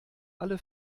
alle